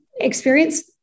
experience